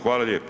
Hvala lijepa.